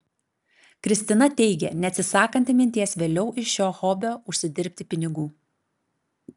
kristina teigė neatsisakanti minties vėliau iš šio hobio užsidirbti pinigų